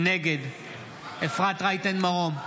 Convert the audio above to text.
נגד אפרת רייטן מרום,